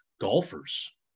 golfers